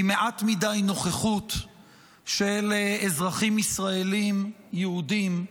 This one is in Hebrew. עם מעט מדי נוכחות של אזרחים ישראלים יהודים,